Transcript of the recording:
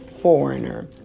foreigner